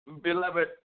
beloved